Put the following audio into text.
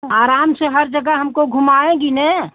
आराम से हर जगह हमको घुमाएगी ना